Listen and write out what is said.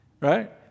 right